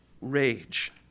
rage